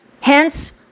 Hence